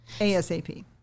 asap